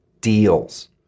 deals